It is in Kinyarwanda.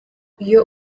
iyo